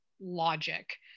logic